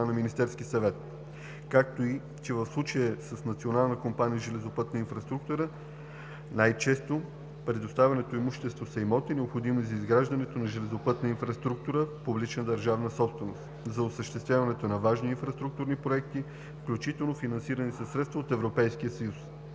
на Министерския съвет. Както и, че в случая с Национална компания „Железопътна инфраструктура“, най-често предоставяното имущество са имоти, необходими за изграждането на железопътна инфраструктура – публична държавна собственост, за осъществяването на важни инфраструктурни проекти, включително финансирани със средства от Европейския съюз.